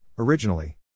Originally